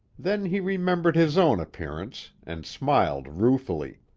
then he remembered his own appearance, and smiled ruefully.